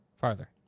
farther